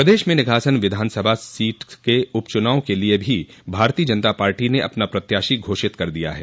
प्रदेश में निघासन विधान सभा सीट के उपचुनाव के लिए भी भारतीय जनता पार्टी ने अपना प्रत्याशी घोषित कर दिया हैं